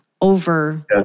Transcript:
over